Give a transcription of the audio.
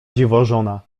dziwożona